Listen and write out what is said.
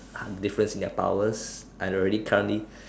difference in their powers I already currently